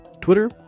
Twitter